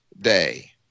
Day